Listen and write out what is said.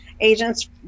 agents